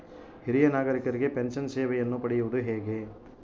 ಹಿರಿಯ ನಾಗರಿಕರಿಗೆ ಪೆನ್ಷನ್ ಸೇವೆಯನ್ನು ಪಡೆಯುವುದು ಹೇಗೆ?